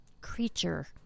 Creature